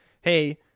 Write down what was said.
Hey